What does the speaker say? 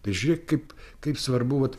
tai žiūrėk kaip kaip svarbu vat